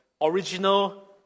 original